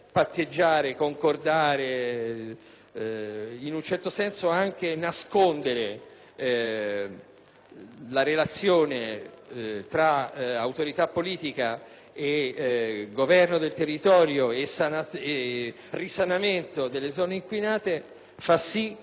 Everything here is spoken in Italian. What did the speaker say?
la relazione tra autorità politica, governo del territorio e risanamento delle zone inquinate, fa sì che l'opinione convinta del Gruppo dell'Italia dei Valori non possa che essere nettamente contraria.